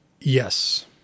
Yes